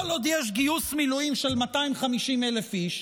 כל עוד יש גיוס מילואים של 250,000 איש,